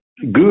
Good